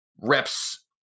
reps